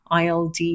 ILD